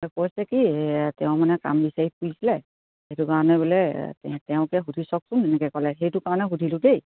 কৈছে কি তেওঁ মানে কাম বিচাৰি ফুৰিছিলে সেইটো কাৰণে বোলে তেওঁকে সুধি চাওকচোন এনেকে ক'লে সেইটো কাৰণে সুধিলোঁ দেই